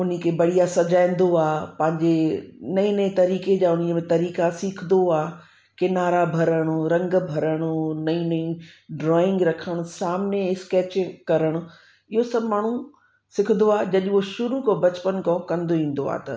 उन खे बढ़िया सजाईंदो आहे पंहिंजे नईं नईं तरीक़े जा उन में तरीक़ा सीखंदो आहे किनारा भरिणो रंगु भरिणो नईं नईं ड्रॉइंग रखण सां सामिने स्केच करणु इहो सभु माण्हू सिखंदो आहे जॾहिं हू शुरू खां बचपन खां कंदो ईंदो आहे त